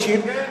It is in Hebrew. אישית,